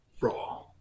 Raw